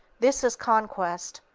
this is conquest.